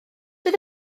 fydd